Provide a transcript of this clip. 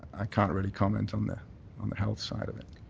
i can't really comment on the on the health side of it.